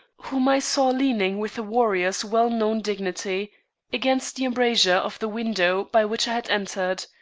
whom i saw leaning with a warrior's well-known dignity against the embrasure of the window by which i had entered.